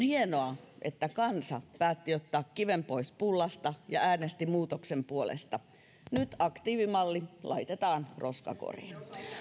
hienoa että kansa päätti ottaa kiven pois pullasta ja äänesti muutoksen puolesta nyt aktiivimalli laitetaan roskakoriin